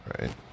right